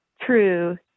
true